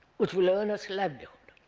which will earn us a livelihood,